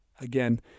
Again